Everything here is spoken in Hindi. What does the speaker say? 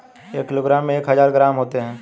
एक किलोग्राम में एक हजार ग्राम होते हैं